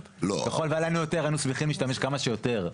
ככל שהיה לנו יותר היינו שמחים להשתמש כמה שיותר.